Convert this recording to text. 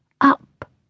up